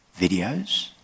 videos